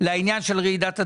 לעניין של רעידת אדמה?